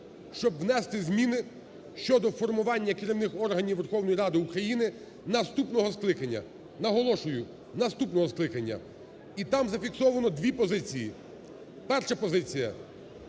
щоб внести зміни щодо формування керівних органів Верховної Ради України наступного скликання, наголошую, наступного скликання. І там зафіксовано дві позиції. Перша позиція,